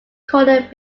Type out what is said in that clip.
called